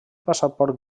passaport